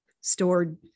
stored